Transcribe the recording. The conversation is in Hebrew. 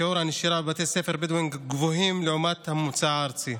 שיעור הנשירה מבתי ספר בדואיים גבוה לעומת הממוצע הארצי.